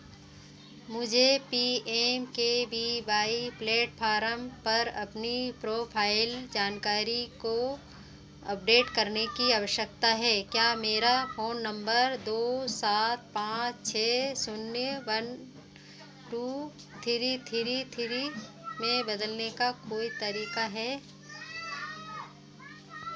मुझे P M K V Y platform पर अपनी प्रोफाइल जानकारी को अपडेट करने की आवश्यकता है क्या मेरा फोन नंबर दो सात पाँच छः शून्य one two three three three में बदलने का कोई तरीका है